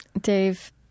Dave